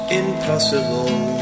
impossible